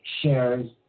shares